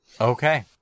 okay